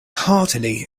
heartily